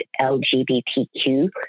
LGBTQ